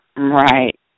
Right